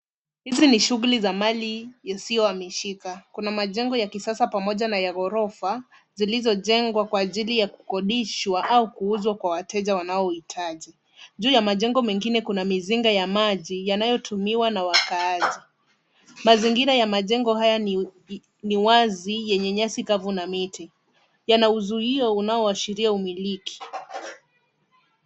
Hizi ni shughuli za mali isiyohamishika. Kuna majengo ya kisasa pamoja na ya ghorofa, zilizojengwa kwa ajili ya kukodishwa au kuuzwa kwa wateja wanaohitaji. Juu ya majengo mengine kuna mizinga ya maji yanayotumiwa na wakaaji. Mazingira ya majengo haya ni wazi, yenye nyasi kavu na miti. Yana uzuio unaoashiria umiliki.